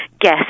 guess